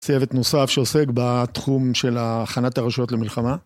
צוות נוסף שעוסק בתחום של הכנת הרשויות למלחמה